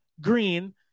Green